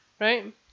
Right